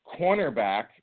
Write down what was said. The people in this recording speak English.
cornerback